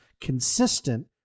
consistent